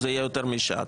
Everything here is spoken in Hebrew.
זה יהיה יותר משעה,